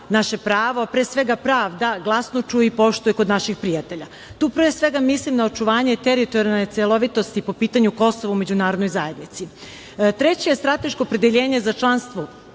naše pravo, a pre svega pravda glasno čuje i poštuje kod naših prijatelja. Tu pre svega mislim na očuvanje teritorijalne celovitosti po pitanju Kosova u međunarodnoj zajednici. Treće je strateško opredeljenje za članstvo